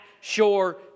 sure